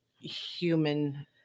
human